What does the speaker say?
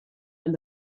and